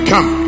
Come